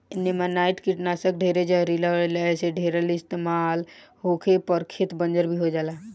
नेमानाइट कीटनाशक ढेरे जहरीला होला ऐसे ढेर इस्तमाल होखे पर खेत बंजर भी हो जाला